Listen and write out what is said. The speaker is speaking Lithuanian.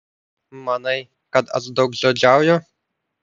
manai kad aš daugžodžiauju